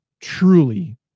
truly